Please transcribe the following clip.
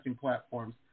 platforms